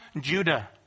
Judah